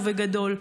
ובגדול.